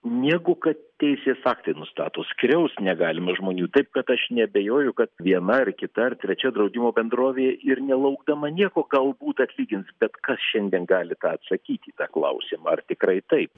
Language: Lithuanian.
negu kad teisės aktai nustato skriaust negalima žmonių taip kad aš neabejoju kad viena ar kita ar trečia draudimo bendrovė ir nelaukdama nieko galbūt atlygins bet kas šiandien gali tą atsakyt į tą klausimą ar tikrai taip